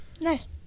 Nice